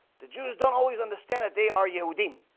the jews don't always understand a day are you dean?